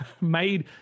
made